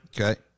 Okay